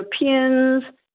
europeans